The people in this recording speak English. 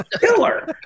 killer